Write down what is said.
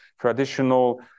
traditional